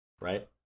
right